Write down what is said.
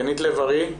גנית לב-ארי,